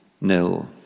nil